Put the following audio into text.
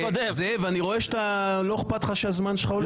זאב, אני רואה שלא אכפת לך שהזמן שלך עובר.